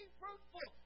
fruitful